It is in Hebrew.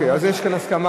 בסדר, אז יש כאן הסכמה.